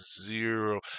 zero